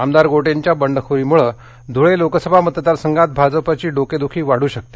आमदार गोटेंच्या बंडखोरीमुळे धुळे लोकसभा मतदारसंघात भाजपाची डोकेदुखी वाढू शकते